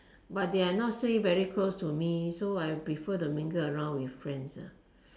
but they are not say very close to me so I prefer to mingle around with friends ah